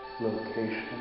Location